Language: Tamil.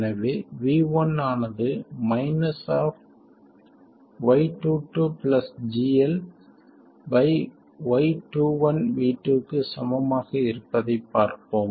எனவே v1 ஆனது y22 GL y21 V2 க்கு சமமாக இருப்பதைப் பார்ப்போம்